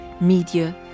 Media